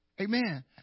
Amen